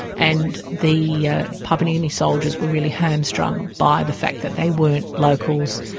and the papua new guinea soldiers were really hamstrung by the fact that they weren't locals.